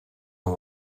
not